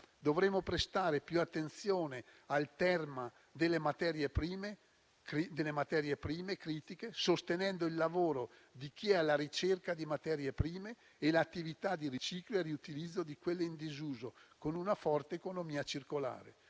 Dovremmo prestare più attenzione al tema delle materie prime critiche, sostenendo il lavoro di chi ne è alla ricerca e l'attività di riciclo e riutilizzo di quelle in disuso, con una forte economia circolare.